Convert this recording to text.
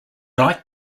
liked